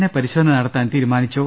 A പരിശോധന നടത്താൻ തീരുമാ നിച്ചു